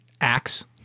acts